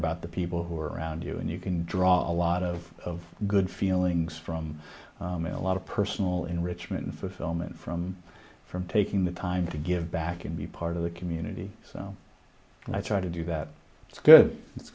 about the people who are around you and you can draw a lot of good feelings from a lot of personal enrichment facility and from from taking the time to give back and be part of the community so i try to do that it's good it's